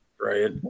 right